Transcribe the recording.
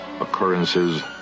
occurrences